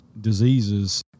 diseases